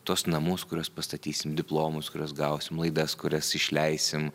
tuos namus kuriuos pastatysim diplomus kuriuos gausim laidas kurias išleisim